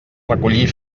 recollir